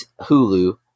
Hulu